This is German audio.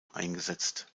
eingesetzt